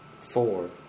Four